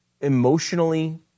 emotionally